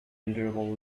endurable